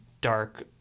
dark